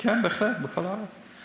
כן, בהחלט, בכל הארץ.